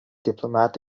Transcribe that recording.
diplomat